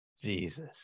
jesus